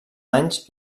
anys